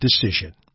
decision